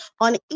on